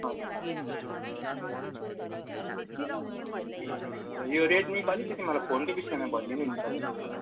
हजुर ए हजुर यो रेडमीको अलिकति मलाई फोनको विषयमा भनिदिनु नि तपाईँले ल